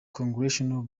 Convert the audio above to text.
congressional